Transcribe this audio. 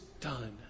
done